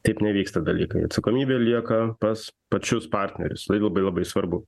taip nevyksta dalykai atsakomybė lieka pas pačius partnerius tai labai labai svarbu